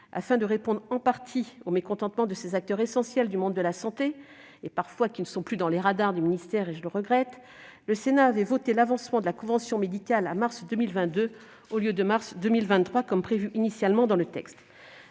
Afin de répondre en partie au mécontentement de ces acteurs essentiels du monde de la santé, qui sont, je le regrette, parfois sortis du radar du ministère, le Sénat avait voté l'avancement de la convention médicale à mars 2022, au lieu de mars 2023, comme prévu initialement dans le texte.